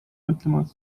mõtlema